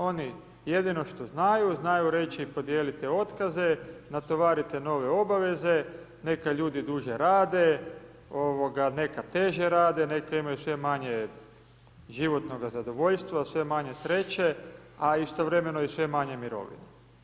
Oni jedino što znaju, znaju reći podijelite otkaze, natovarite nove obaveze, neka ljudi duže rade, ovoga, neka teže rade, neka imaju sve manje životnoga zadovoljstva, sve manje sreće, a istovremeno i sve manje mirovine.